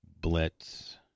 Blitz